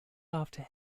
after